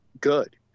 good